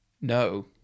No